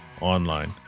online